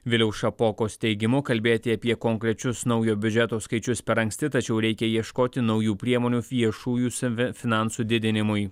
viliaus šapokos teigimu kalbėti apie konkrečius naujo biudžeto skaičius per anksti tačiau reikia ieškoti naujų priemonių viešųjų savi finansų didinimui